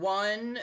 one